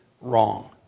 wrong